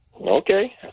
Okay